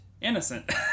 innocent